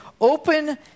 open